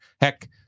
Heck